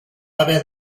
haver